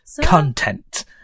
Content